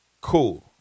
cool